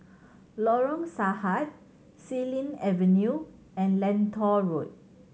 Lorong Sahad Xilin Avenue and Lentor Road